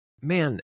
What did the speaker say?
Man